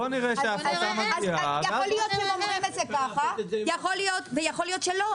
יכול להיות שזה אכן יהיה כך ויכול להיות שלא.